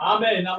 Amen